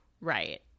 Right